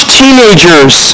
teenagers